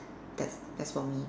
that's that's for me